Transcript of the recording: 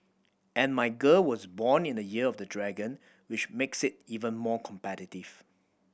and my girl was born in the Year of the Dragon which makes it even more competitive